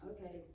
Okay